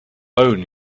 own